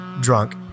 drunk